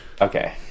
Okay